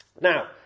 Now